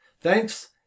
Thanks